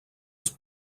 els